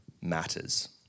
matters